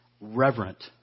reverent